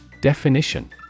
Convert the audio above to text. Definition